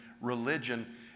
religion